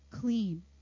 clean